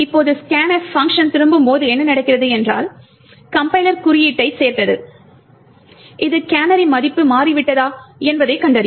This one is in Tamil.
இப்போது scanf பங்க்ஷன் திரும்பும்போது என்ன நடக்கிறது என்றால் கம்பைலர் குறியீட்டைச் சேர்த்தது இது கேனரி மதிப்பு மாறிவிட்டதா என்பதைக் கண்டறியும்